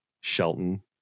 Shelton